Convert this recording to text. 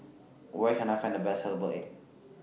Where Can I Find The Best Herbal Egg